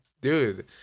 Dude